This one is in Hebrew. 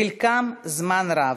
חלקם זמן רב.